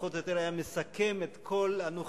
פחות או יותר היה מסכם את כל הנוכחות,